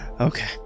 Okay